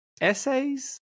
essays